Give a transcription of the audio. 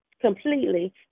completely